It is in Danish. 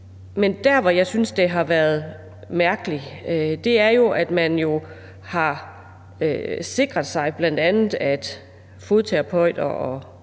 men det, jeg synes har været mærkeligt, er, at man har sikret sig, at bl.a. fodterapeuter og